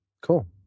cool